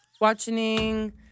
Watching